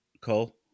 Cole